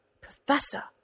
Professor